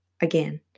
again